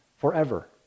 forever